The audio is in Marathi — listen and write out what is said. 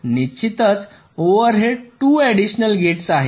निश्चितच ओव्हरहेड 2 ऍडिशनल गेट्स आहेत